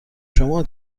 شما